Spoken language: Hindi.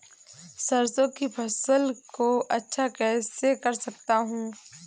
सरसो की फसल को अच्छा कैसे कर सकता हूँ?